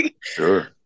Sure